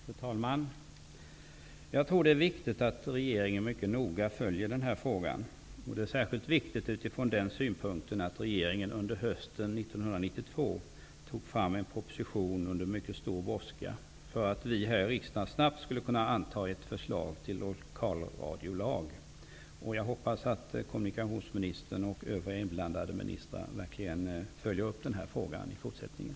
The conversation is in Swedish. Fru talman! Jag tror att det är viktigt att regeringen mycket noga följer den här frågan, och det är särskilt viktigt utifrån den synpunkten att regeringen under hösten 1992 under mycket stor brådska tog fram en proposition för att vi här i riksdagen snabbt skulle kunna anta ett förslag till lokalradiolag. Jag hoppas att kommunikationsministern och övriga inblandade ministrar verkligen följer upp den här frågan i fortsättningen.